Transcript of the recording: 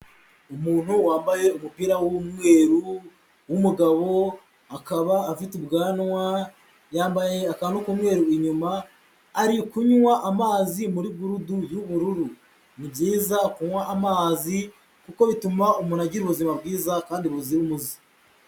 Umuntu wambaye umupira w'umweru w'umugabo akaba afite ubwanwa, yambaye akantu k'umweru inyuma, ari kunywa amazi muri gurudu y'ubururu. Ni byiza kunywa amazi kuko bituma umuntu agira ubuzima bwiza kandi buzira umuze.